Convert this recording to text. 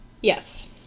Yes